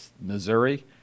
Missouri